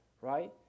right